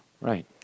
Right